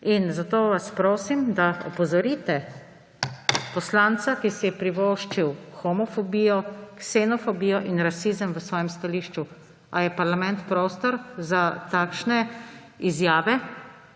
Zato vas prosim, da opozorite poslanca, ki si je privoščil homofobijo, ksenofobijo in rasizem v svojem stališču. A je parlament prostor za takšne izjave,